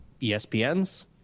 ESPN's